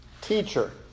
teacher